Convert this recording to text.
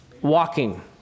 walking